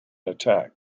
attack